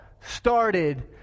started